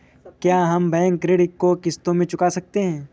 क्या हम बैंक ऋण को किश्तों में चुका सकते हैं?